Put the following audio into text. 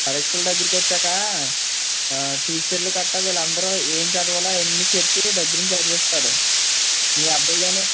పరీక్షలు దగ్గరికొచ్చాక టీచర్లు గట్రా వీళ్ళందరూ ఏమి చదవాలో అవన్నీ చెప్పి దగ్గరుండి చదివిస్తారు మీ అబ్బాయి ఏమో